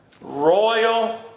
royal